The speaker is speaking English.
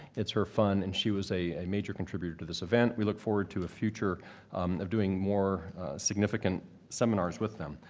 it's her fund. and she was a major contributor to this event. we look forward to a future of doing more significant seminars with them.